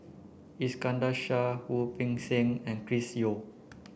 Iskandar Shah Wu Peng Seng and Chris Yeo